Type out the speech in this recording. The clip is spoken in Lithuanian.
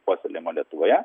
puoselėjimą lietuvoje